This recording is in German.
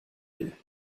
will